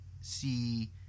see